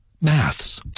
maths